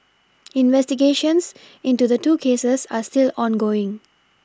investigations into the two cases are still ongoing